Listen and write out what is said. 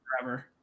forever